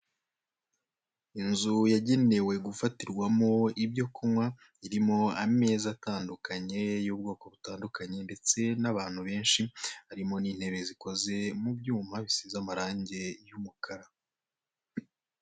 Inzu yagenewe gufatirwamo ibyo kunywa, irimo ameza atandukanye y'ubwoko butandukanye ndetse n'abantu benshi, harimo n'intebe zikoze mu byuma bisize amarangi y'umukara.